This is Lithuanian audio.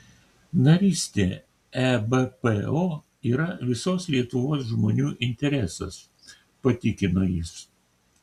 narystė ebpo yra visos lietuvos žmonių interesas patikino jis